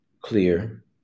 clear